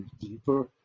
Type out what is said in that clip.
deeper